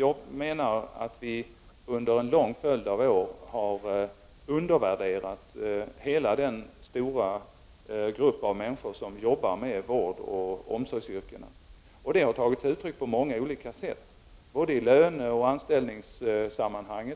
Jag menar att vi under en lång följd av år har undervärderat hela den stora grupp av människor som jobbar i vårdoch omsorgsyrkena. Det har tagit sig uttryck på många olika sätt: i löneoch anställningssammanhang,